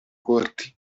corti